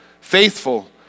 faithful